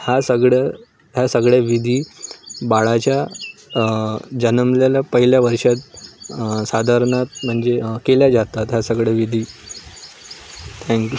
हा सगळं ह्या सगळ्या विधी बाळाच्या जन्मलेल्या पहिल्या वर्षात साधारणात म्हणजे केल्या जातात ह्या सगळ्या विधी थँक्यू